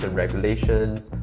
and regulations,